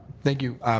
thank you.